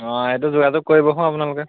অঁ এইটো যোগাযোগ কৰিব হওঁ আপোনালোকে